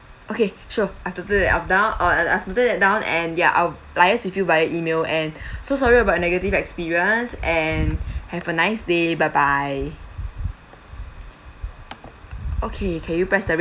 okay sure I've noted that down uh I've noted that down and they're I'll liaise with you via email and so sorry about negative experience and have a nice day bye bye okay can you press that